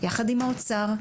יחד עם האוצר,